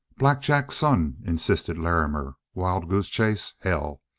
black jack's son, insisted larrimer. wild-goose chase, hell!